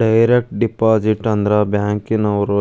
direct deposit ಅಂದ್ರ ಬ್ಯಾಂಕಿನ್ವ್ರು